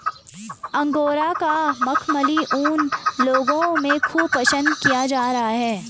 angora का मखमली ऊन लोगों में खूब पसंद किया जा रहा है